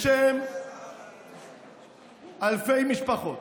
בשם אלפי משפחות,